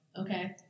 Okay